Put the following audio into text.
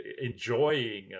enjoying